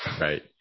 Right